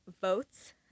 votes